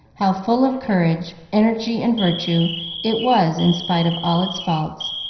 how full of courage, energy, and virtue it was in spite of all its faults,